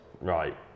right